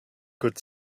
good